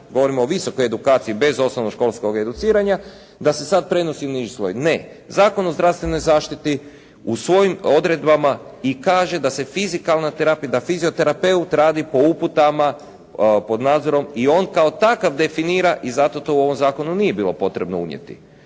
govorim o visokoj edukaciji bez osnovnoškolskog educiranja, da se sad prenosi u niži sloj. Ne. Zakon o zdravstvenoj zaštiti u svojim odredbama i kaže da se fizikalna terapija, da fizioterapeut radi po uputama, pod nadzorom i on kao takav definira i zato to u ovom zakonu nije bilo potrebno.